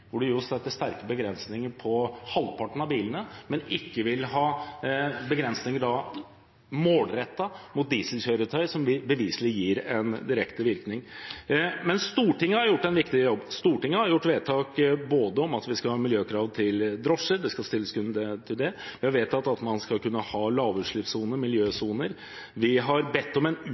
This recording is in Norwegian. hvor man setter sterke begrensninger på halvparten av bilene, men ikke vil ha målrettede begrensninger i bruk av dieselkjøretøy, noe som beviselig gir en direkte virkning. Men Stortinget har gjort en viktig jobb. Stortinget har gjort vedtak om at vi skal stille miljøkrav til drosjer, vi har vedtatt at vi skal ha lavutslippssoner, miljøsoner. Vi har bedt om en utredning av forbudet mot enkelte drivstofftyper, at man skal kunne